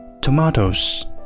tomatoes